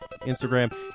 Instagram